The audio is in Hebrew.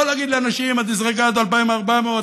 לא להגיד לאנשים: ה-disregard הוא 2,400,